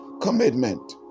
commitment